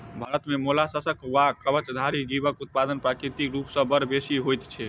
भारत मे मोलास्कक वा कवचधारी जीवक उत्पादन प्राकृतिक रूप सॅ बड़ बेसि होइत छै